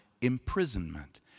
imprisonment